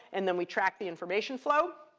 and then we track the information flow.